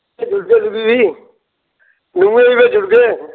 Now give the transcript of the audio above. भेजी ओड़गे तुगी बी नुहें गी बी भेजी ओड़गे